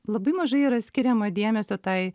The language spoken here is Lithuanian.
labai mažai yra skiriama dėmesio tai